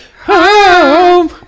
home